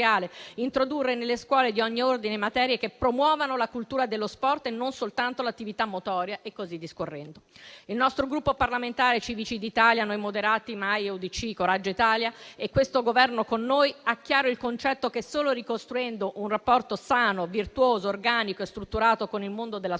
l'introduzione nelle scuole di ogni ordine di materie che promuovano la cultura dello sport e non soltanto l'attività motoria, e così discorrendo. Il nostro Gruppo parlamentare Civici d'Italia-Noi Moderati (MAIE-UDC)-Coraggio Italia, e questo Governo con noi, ha chiaro il concetto che solo ricostruendo un rapporto sano, virtuoso, organico e strutturato con il mondo della scuola